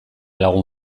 lagun